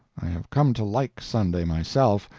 i have come to like sunday myself.